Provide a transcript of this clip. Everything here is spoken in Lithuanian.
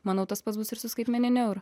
manau tas pats bus ir su skaitmeniniu euru